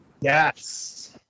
Yes